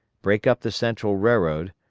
break up the central railroad,